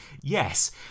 yes